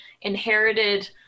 inherited